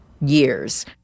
years